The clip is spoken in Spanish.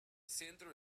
centro